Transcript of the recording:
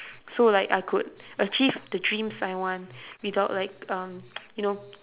so like I could achieve the dreams I want without like um you know